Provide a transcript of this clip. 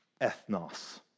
Ethnos